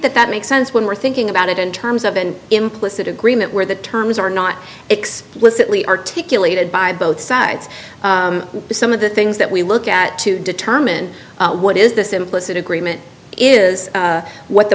that that makes sense when we're thinking about it in terms of an implicit agreement where the terms are not explicitly articulated by both sides to some of the things that we look at to determine what is the simplicity agreement is what the